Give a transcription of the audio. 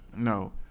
No